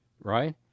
right